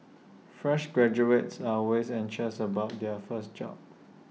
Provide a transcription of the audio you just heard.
fresh graduates are always anxious about their first job